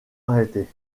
arrêtés